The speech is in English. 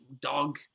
dog